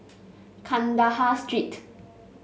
Kandahar Street